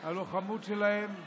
הלוחמות שלהם,